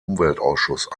umweltausschuss